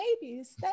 babies